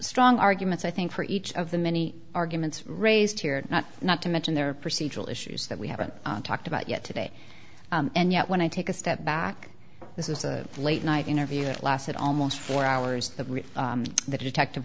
strong arguments i think for each of the many arguments raised here not not to mention there are procedural issues that we haven't talked about yet today and yet when i take a step back this is a late night interview that lasted almost four hours that the detective